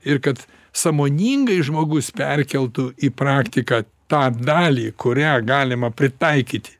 ir kad sąmoningai žmogus perkeltų į praktiką tą dalį kurią galima pritaikyti